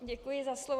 Děkuji za slovo.